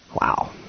wow